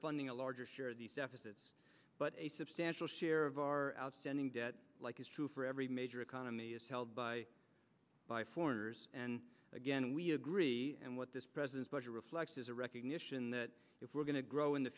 funding a larger share of the deficits but a substantial share of our outstanding debt like is true for every major economy is held by by foreigners and again we agree and what this president's budget reflects is a recognition that if we're going to grow in the